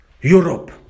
Europe